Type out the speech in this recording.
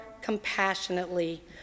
compassionately